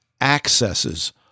accesses